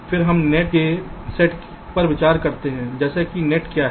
फिर हम नेट के सेट पर विचार करते हैं जैसे नेट क्या है